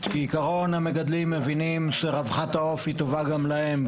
המגדלים מבינים שרווחת העוף טובה גם להם,